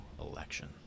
election